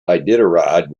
iditarod